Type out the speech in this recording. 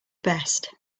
best